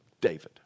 David